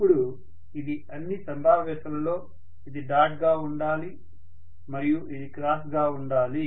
ఇప్పుడు ఇది అన్ని సంభావ్యతలలో ఇది డాట్ గా ఉండాలి మరియు ఇది క్రాస్ గా ఉండాలి